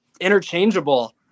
interchangeable